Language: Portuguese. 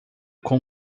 com